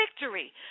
victory